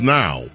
now